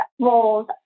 roles